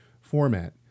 format